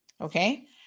okay